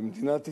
במדינת ישראל,